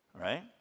right